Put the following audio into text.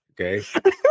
Okay